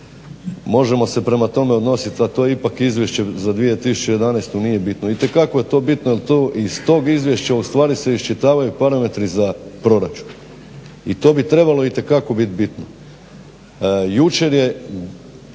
Možemo se prema tome odnosit, a to je ipak izvješće za 2011., nije bitno. Itekako je to bitno jer iz tog izvješća ustvari se iščitavaju parametri za proračun i to bi trebalo itekako biti bitno.